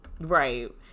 Right